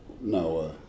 No